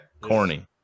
corny